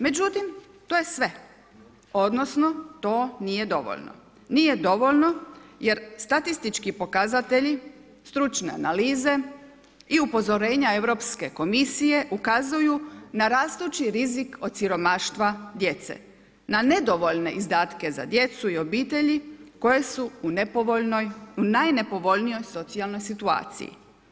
Međutim to je sve, odnosno to nije dovoljno, nije dovoljno jer statistički pokazatelji, stručne analize i upozorenja Europske komisije ukazuju na rastući rizik od siromaštva djece, na nedovoljne izdatke za djecu i obitelji koje su u nepovoljnoj, u najnepovoljnijoj socijalnoj situaciji.